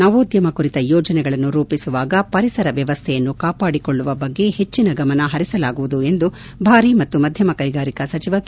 ನವೋದ್ಯಮ ಕುರಿತ ಯೋಜನೆಗಳನ್ನು ರೂಪಿಸುವಾಗ ಪರಿಸರ ವ್ಯವಸ್ಥೆಯನ್ನು ಕಾಪಾಡಿಕೊಳ್ಳುವ ಬಗ್ಗೆ ಹೆಚ್ಚಿನ ಗಮನ ಪರಿಸಲಾಗುವುದು ಎಂದು ಭಾರೀ ಮತ್ತು ಮಧ್ಯಮ ಕೈಗಾರಿಕಾ ಸಚಿವ ಕೆ